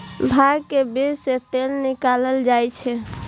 भांग के बीज सं तेल निकालल जाइ छै